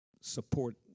support